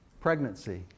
Pregnancy